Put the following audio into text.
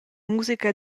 musica